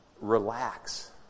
relax